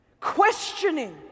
Questioning